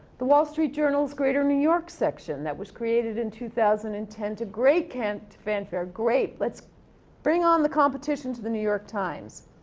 the wall street journal's greater new york section that was created in two thousand and ten to great fanfare. great, let's bring on the competition to the new york times.